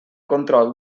control